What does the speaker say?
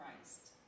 Christ